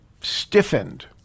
stiffened